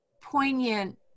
poignant